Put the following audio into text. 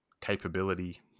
capability